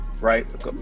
right